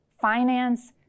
finance